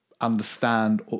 understand